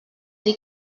dir